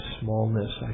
smallness